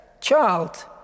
Child